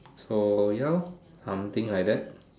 so ya lor something like that